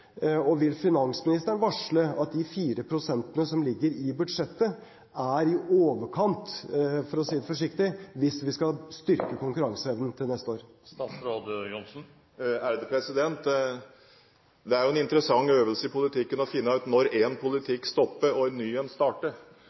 lønnsoppgjør. Vil finansministeren varsle at de 4 prosentene som ligger i budsjettet, er i overkant – for å si det forsiktig – hvis vi skal styrke konkurranseevnen til neste år? Det er jo en interessant øvelse i politikken å finne ut når én politikk stopper og en ny starter.